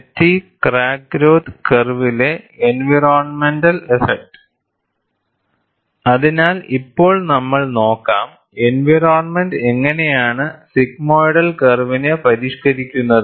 fatigue crack growth rate കർവിലെ environmental effect അതിനാൽ ഇപ്പോൾ നമ്മൾ നോക്കാം എൻവയറോണ്മെന്റ് എങ്ങനെയാണ് സിഗ്മോയ്ഡൽ കർവിനെ പരിഷ്കരിക്കുന്നത്